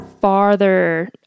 farther